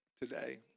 today